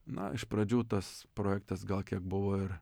na iš pradžių tas projektas gal kiek buvo ir